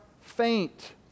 faint